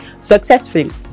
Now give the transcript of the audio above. successfully